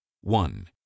One